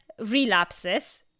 relapses